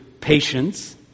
patience